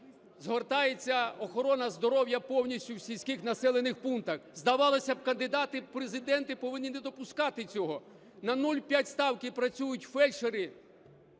Згортається охорона здоров'я повністю в сільських населених пунктах. Здавалося би, кандидати в Президенти повинні не допускати цього. На 0,5 ставки працюють фельдшери,